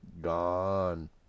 gone